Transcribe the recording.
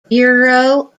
bureau